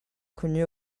connu